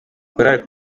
korali